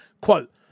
quote